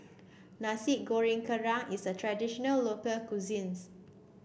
Nasi Goreng Kerang is a traditional local cuisines